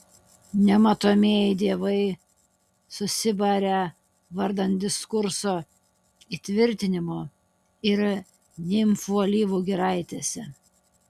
nematomieji dievai susibarę vardan diskurso įtvirtinimo ir nimfų alyvų giraitėse